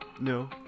No